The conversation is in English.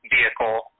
vehicle